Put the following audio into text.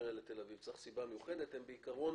מהפריפריה לתל אביב, צריך סיבה מיוחדת, הם בעקרון